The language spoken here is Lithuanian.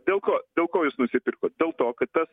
dėl ko dėl ko jūs nusipirkot dėl to kad tas